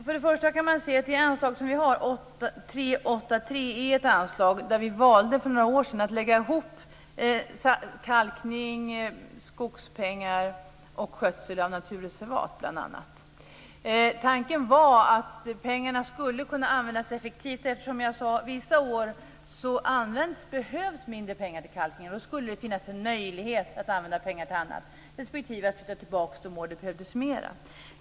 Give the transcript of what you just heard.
Herr talman! Anslaget 34:3 är ett anslag där vi valde för några år sedan att lägga ihop kalkning, skogspengar och skötsel av naturreservat bl.a. Tanken var att pengarna skulle kunna användas effektivt, eftersom det vissa år behövs mindre pengar till kalkning. Då skulle det finnas en möjlighet att använda pengar till annat respektive att flytta tillbaka dem de år som det behövdes mer.